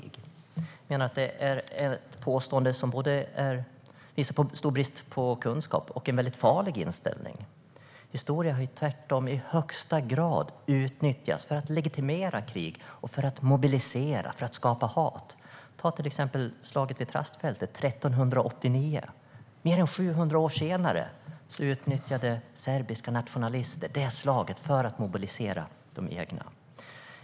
Jag menar att det är ett påstående som visar stor brist på kunskap och utgör en farlig inställning. Historia har tvärtom i högsta grad utnyttjats för att legitimera krig och för att mobilisera och skapa hat. Se till exempel på slaget vid Trastfältet 1389. Mer än 600 år senare utnyttjade serbiska nationalister det slaget för att mobilisera de egna.